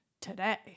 today